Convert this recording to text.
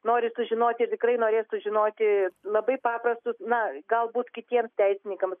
nori sužinoti tikrai norės sužinoti labai paprastus na galbūt kitiems teisininkams